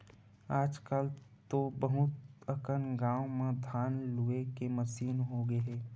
आजकल तो बहुत अकन गाँव म धान लूए के मसीन होगे हे